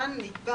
כאן נקבע